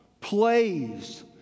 plays